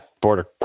Border